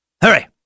Hurry